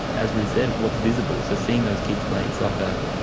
as ruth said, what's visible, so seeing those kids playing soccer,